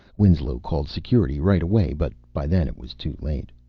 winslow called security right away, but by then it was too late.